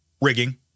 rigging